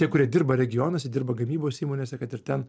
tie kurie dirba regionuose dirba gamybos įmonėse kad ir ten